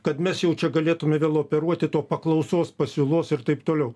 kad mes jau čia galėtume vėl operuoti to paklausos pasiūlos ir taip toliau